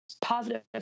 positive